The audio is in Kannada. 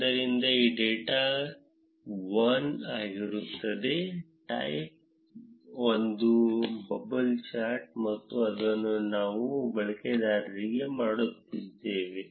ಆದ್ದರಿಂದ ಇದು ಡೇಟಾ ಒನ್ ಆಗಿರುತ್ತದೆ ಟೈಪ್ ಒಂದು ಬಬಲ್ ಚಾರ್ಟ್ ಮತ್ತು ನಾವು ಅದನ್ನು ಬಳಕೆದಾರರಿಗಾಗಿ ಮಾಡುತ್ತಿದ್ದೇವೆ